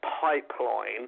pipeline